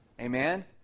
Amen